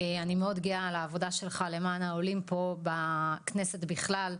אני מאוד גאה על העבודה שלך למען העולים פה בכנסת בכלל.